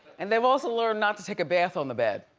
and they've also learned not to take a bath on the bed.